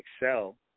excel